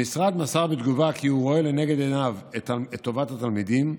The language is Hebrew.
המשרד מסר בתגובה כי הוא רואה לנגד עיניו את טובת התלמידים,